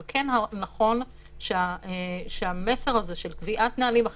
אבל כן נכון שהמסר של קביעת נהלים יתחיל להתקדם,